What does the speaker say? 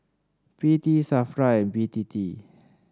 P T Safra and B T T